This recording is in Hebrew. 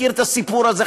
מכיר את הסיפור הזה,